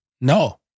No